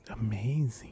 Amazing